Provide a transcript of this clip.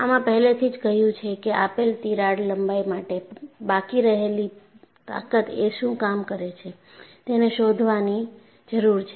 આમાં પહેલેથી જ કહ્યું છે કે આપેલ તિરાડ લંબાઈ માટે બાકી રહેલી તાકત એ શું કામ કરે છે તેને શોધવાની જરૂર છે